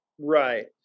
Right